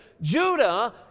Judah